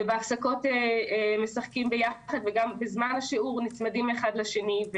ובהפסקות הם משחקים יחד וגם בזמן השיעור נצמדים אחד לשני,